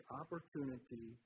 opportunity